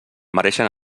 mereixen